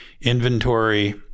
inventory